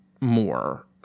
more